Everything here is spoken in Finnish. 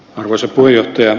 arvoisa puheenjohtaja